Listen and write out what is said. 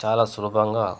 చాలా సులభంగా